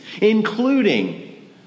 including